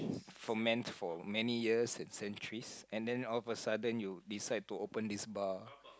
ferment for many years and centuries and then all of a sudden you decide to open this bar